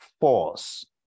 force